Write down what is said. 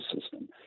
system